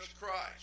Christ